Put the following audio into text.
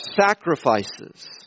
sacrifices